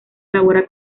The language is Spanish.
elabora